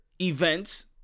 events